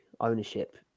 ownership